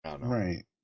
Right